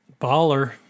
Baller